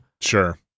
Sure